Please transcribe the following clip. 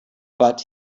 but